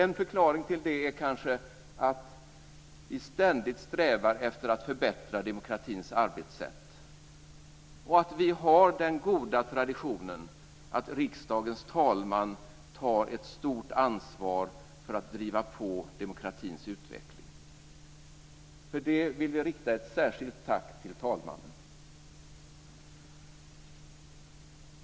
En förklaring till det är kanske att vi ständigt strävar efter att förbättra demokratins arbetssätt och att vi har den goda traditionen att riksdagens talman tar ett stort ansvar för att driva på demokratins utveckling. För det vill vi rikta ett särskilt tack till talmannen.